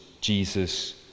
Jesus